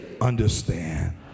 understand